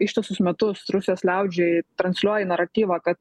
ištisus metus rusijos liaudžiai transliuoji naratyvą kad